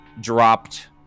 Dropped